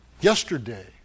Yesterday